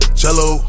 cello